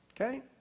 Okay